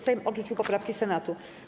Sejm odrzucił poprawki Senatu.